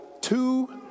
two